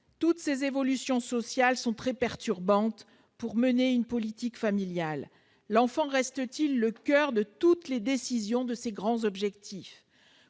toutes ces évolutions sociales sont très perturbantes quand il s'agit de mener une politique familiale. L'enfant reste-t-il au coeur de toutes les décisions, de ces grands objectifs ?